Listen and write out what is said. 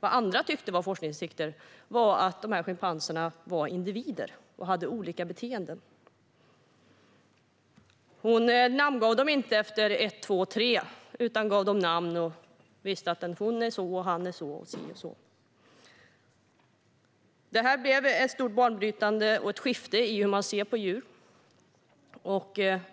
vad andra tyckte var forskningsinsikter, var att schimpanserna är individer och har olika beteenden. Hon namngav dem inte 1, 2 eller 3 utan gav dem namn och visste att den schimpansen är si och den schimpansen är så. Detta var banbrytande och ett skifte i hur man ser på djur.